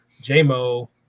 J-Mo